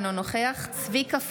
אינו נוכח צביקה פוגל,